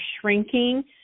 shrinking